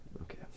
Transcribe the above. Okay